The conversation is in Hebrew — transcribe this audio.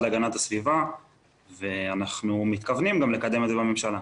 להגנת הסביבה ואנחנו מתכוונים גם לקדם את זה בממשלה.